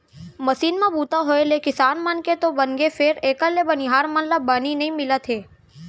machine म बूता होय ले किसान मन के तो बनगे फेर एकर ले बनिहार मन ला बनी नइ मिलत हे